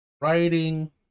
writing